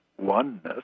oneness